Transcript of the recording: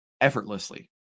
effortlessly